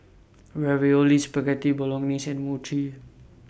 Ravioli Spaghetti Bolognese and Mochi